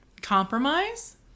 compromise